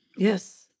yes